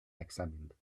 examined